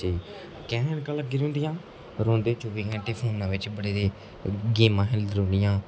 की ऐनका लग्गी दियां होंदिया रौंह्दे चौह्बी घैंटे फोने च बडे़ दे गेमा खेढदे रौंह्दे